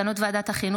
על מסקנות ועדת החינוך,